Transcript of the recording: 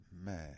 Man